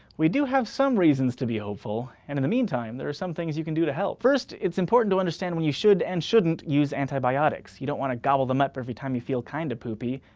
we do have some reasons to be hopeful. and, in the meantime, there are some things you can do to help. first, it's important to understand when you should and shouldn't use anitbiotics. you don't wanna gobble them up every time you feel kind of poopy.